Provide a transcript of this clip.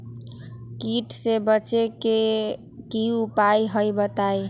कीट से बचे के की उपाय हैं बताई?